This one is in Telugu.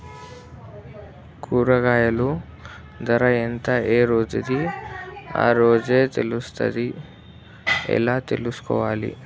కూరగాయలు ధర ఎంత ఏ రోజుది ఆ రోజే తెలుస్తదా ఎలా తెలుసుకోవాలి?